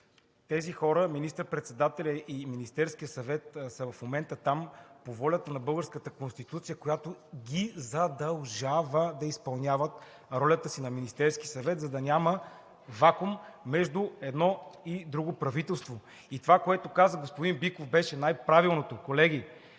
тези хора – министър-председателят и Министерският съвет, са в момента там по волята на българската Конституция, която ги задължава да изпълняват ролята си на Министерски съвет, за да няма вакуум между едно и друго правителство. И това, което каза господин Биков, беше най правилното. Колеги,